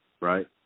right